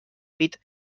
pit